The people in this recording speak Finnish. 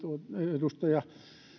edustaja